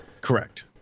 Correct